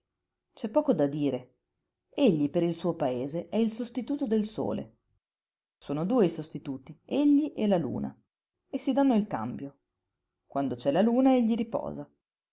c'è poco da dire egli per il suo paese è il sostituto del sole sono due i sostituti egli e la luna e si dànno il cambio quando c'è la luna egli riposa